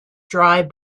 dry